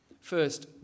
First